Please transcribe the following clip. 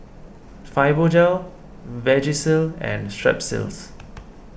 Fibogel Vagisil and Strepsils